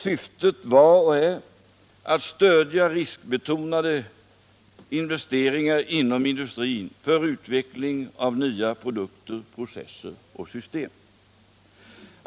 Syftet var och är att stödja riskbetonade investeringar inom industrin för utveckling av nya produkter, processer och system.